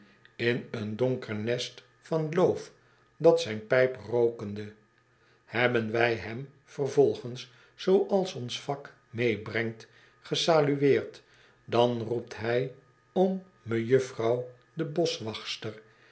in een donker nest van loof dan zijn pijp rookende hebben wij hem vervolgens zooals ons vak meebrengt gesalueerd dan roept hij om mejuffrouw de